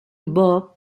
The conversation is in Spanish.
bob